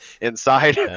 inside